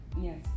Yes